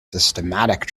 systematic